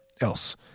else